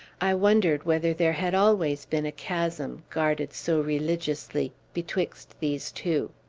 i wondered whether there had always been a chasm, guarded so religiously, betwixt these two.